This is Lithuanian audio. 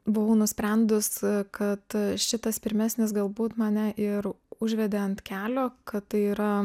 buvau nusprendus kad šitas pirmesnis galbūt mane ir užvedė ant kelio kad tai yra